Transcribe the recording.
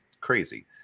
crazy